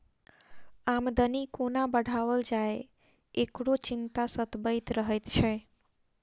आमदनी कोना बढ़ाओल जाय, एकरो चिंता सतबैत रहैत छै